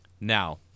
now